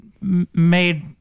made